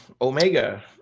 Omega